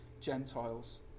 Gentiles